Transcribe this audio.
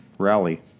Rally